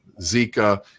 zika